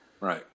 Right